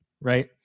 Right